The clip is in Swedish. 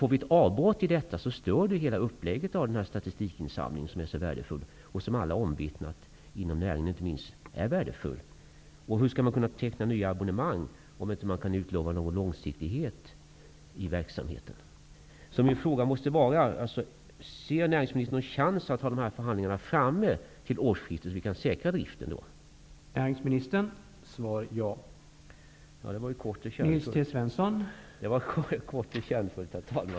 Får vi ett avbrott kommer hela upplägget av denna statistikinsamling, som inte minst alla inom näringen har omvittnat är så värdefull, att störas. Hur skall man kunna teckna nya abonnemang om man inte kan utlova någon långsiktighet i verksamheten? Min fråga är: Tror näringsministern att det finns någon chans att dessa förhandlingar blir klara till årsskiftet, så att vi kan säkra driften?